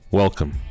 Welcome